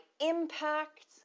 impact